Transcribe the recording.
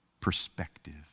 perspective